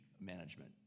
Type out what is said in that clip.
management